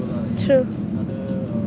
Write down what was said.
true